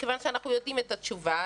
וכיוון שאנחנו יודעים את התשובה,